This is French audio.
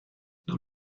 dans